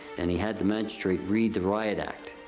and he had the magistrate read the riot act.